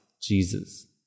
Jesus